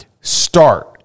start